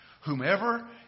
whomever